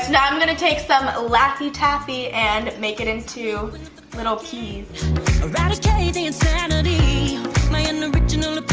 and i'm going to take some laffy taffy and make it into little peas eradicating insanity playing original